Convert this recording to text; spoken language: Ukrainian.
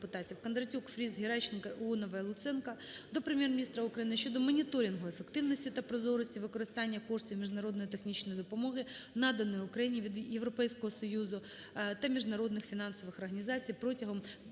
(Кондратюк, Фріз, Геращенко, Іонової, Луценко) до Прем'єр-міністра України щодо моніторингу ефективності та прозорості використання коштів міжнародної технічної допомоги, наданої Україні від Європейського Союзу та міжнародних фінансових організацій протягом 1991-2017